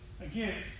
again